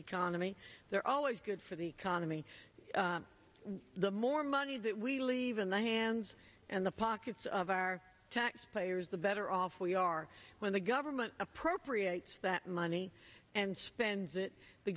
economy they're always good for the economy the more money that we leave in the hands and the pockets of our taxpayers the better off we are when the government appropriates that money and spends it the